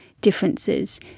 differences